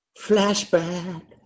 flashback